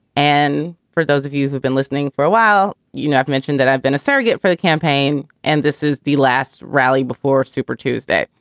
and for those of you who've been listening for a while, you know, i've mentioned that i've been a surrogate for the campaign and this is the last rally before super tuesday.